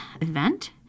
event